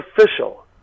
official